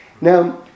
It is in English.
Now